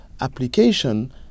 application